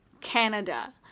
Canada